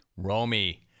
Romy